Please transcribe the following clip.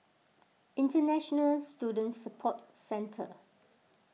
International Student Support Centre